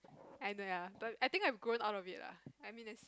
I know ya but I think I've grown out of it lah I mean is